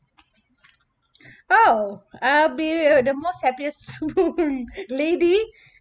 oh uh be the most happiest lady